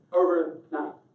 overnight